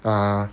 ah